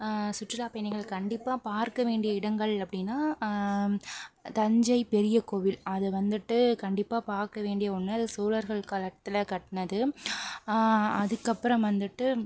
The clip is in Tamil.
சுற்றுலா பயணிகள் கண்டிப்பாக பார்க்க வேண்டிய இடங்கள் அப்படின்னா தஞ்சை பெரிய கோவில் அது வந்துட்டு கண்டிப்பாக பார்க்க வேண்டிய ஒன்று அது சோழர்கள் காலத்தில் கட்டினது அதுக்கப்புறம் வந்துட்டு